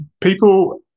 People